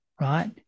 right